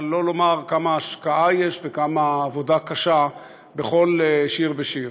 שלא לומר כמה השקעה יש וכמה עבודה קשה בכל שיר ושיר.